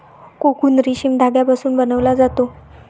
cocoon रेशीम धाग्यापासून बनवला जातो